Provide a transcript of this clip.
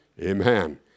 Amen